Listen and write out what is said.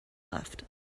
left